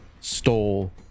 stole